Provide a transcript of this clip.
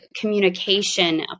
communication